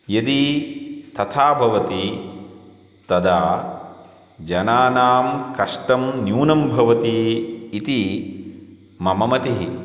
यदि तथा भवति तदा जनानां कष्टं न्यूनं भवति इति मम मतिः